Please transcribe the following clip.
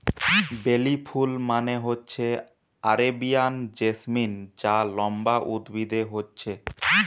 বেলি ফুল মানে হচ্ছে আরেবিয়ান জেসমিন যা লম্বা উদ্ভিদে হচ্ছে